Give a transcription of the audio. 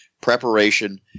preparation